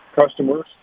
customers